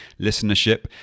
listenership